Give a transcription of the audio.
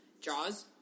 Jaws